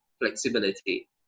flexibility